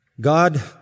God